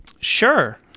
Sure